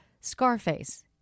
Scarface